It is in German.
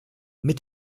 mit